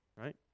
right